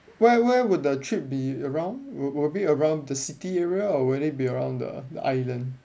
where where would the trip be around wo~ would it be around the city area or would it be around the the island